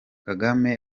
kagame